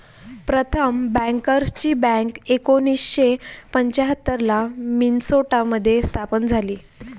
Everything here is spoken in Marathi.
प्रथम बँकर्सची बँक एकोणीसशे पंच्याहत्तर ला मिन्सोटा मध्ये स्थापन झाली